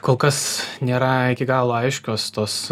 kol kas nėra iki galo aiškios tos